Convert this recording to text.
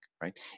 right